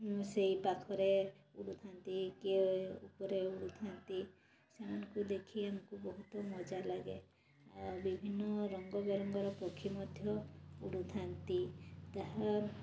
ସେଇ ପାଖରେ ଉଡ଼ୁଥାନ୍ତି କିଏ ଉପରେ ଉଡ଼ୁଥାନ୍ତି ସେମାନଙ୍କୁ ଦେଖି ଆମକୁ ବହୁତ ମଜା ଲାଗେ ଆଉ ବିଭିନ୍ନ ରଙ୍ଗ ବେରଙ୍ଗର ପକ୍ଷୀ ମଧ୍ୟ ଉଡ଼ୁଥାନ୍ତି ତାହା